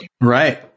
Right